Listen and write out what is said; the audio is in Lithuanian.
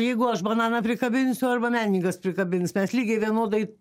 jeigu aš bananą prikabinsiu arba menininkas prikabins mes lygiai vienodai